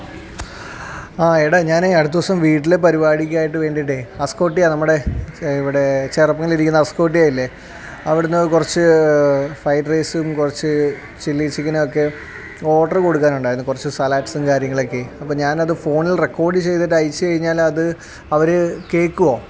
ആ എടാ ഞാനേ അടുത്ത ദിവസം വീട്ടിലെ പരിപാടിക്കായിട്ട് വേണ്ടിയിട്ടേ ഹസ്കോട്ടിയ നമ്മുടെ ഇവിടെ ചേർപ്പങ്കൽ ഇരിക്കുന്ന ഹസ്കോട്ടിയ ഇല്ലേ അവിടുന്ന് കുറച്ച് ഫ്രൈഡ് റൈസും കുറച്ച് ചില്ലി ചിക്കൻ ഒക്കെ ഓർഡർ കൊടുക്കാനുണ്ടായിരുന്നു കുറച്ച് സലാഡ്സും കാര്യങ്ങളൊക്കെയേ അപ്പം ഞാൻ അത് ഫോണിൽ റെക്കോർഡ് ചെയ്തിട്ട് അയച്ച് കഴിഞ്ഞാൽ അത് അവർ കേൾക്കുമോ